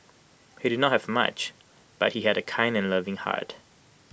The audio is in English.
he did not have much but he had A kind and loving heart